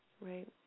Right